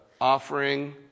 offering